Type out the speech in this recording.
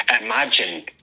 imagine